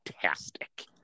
fantastic